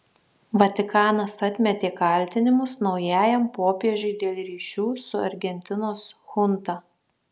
vatikanas atmetė kaltinimus naujajam popiežiui dėl ryšių su argentinos chunta